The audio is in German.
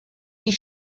die